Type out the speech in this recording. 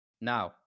Now